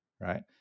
right